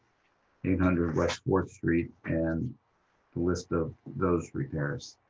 eight hundred west fourth street, and the list of those repairs.